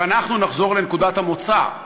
ואנחנו נחזור לנקודת המוצא,